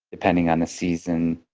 depending on the season,